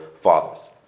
fathers